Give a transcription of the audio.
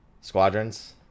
squadrons